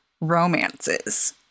romances